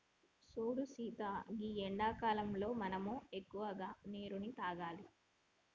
సూడు సీత గీ ఎండాకాలంలో మనం ఎక్కువగా నీరును తాగాలి